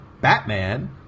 batman